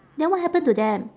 then what happen to them